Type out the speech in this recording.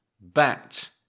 bat